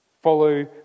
Follow